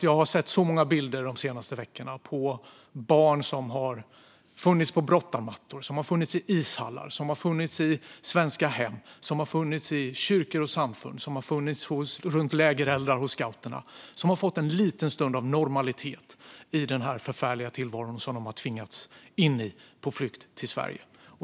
Jag har nämligen de senaste veckorna sett så många bilder på barn på brottarmattor, i ishallar, i svenska hem, i kyrkor och samfund och runt lägereldar hos scouterna, som har fått en liten stund av normalitet i den förfärliga tillvaro de har tvingats in i på flykt till Sverige.